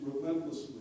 relentlessly